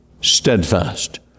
steadfast